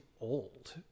old